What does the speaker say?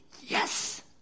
Yes